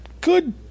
good